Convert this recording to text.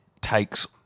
takes